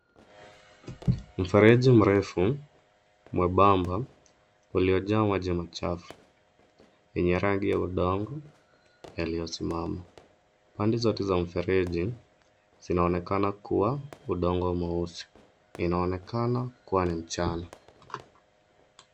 Mfereji mrefu mwembamba uliojaa maji machafu yenye rangi ya hudhurungi yaliyosimama. Pande zote za mfereji, zinaonekana kuwa udongo mweusi. Inaonekana kuwa ni mchana.